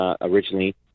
originally